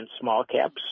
small-caps